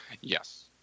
Yes